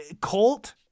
Colt